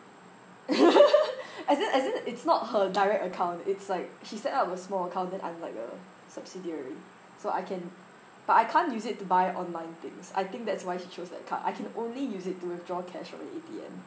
as in as in it's not her direct account it's like she set up a small account then I'm like a subsidiary so I can but I can't use it to buy online things I think that's why she chose that card I can only use it to withdraw cash from the A_T_M